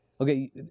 Okay